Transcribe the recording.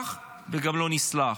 נשכח וגם לא נסלח.